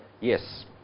Yes